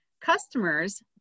customers